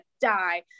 die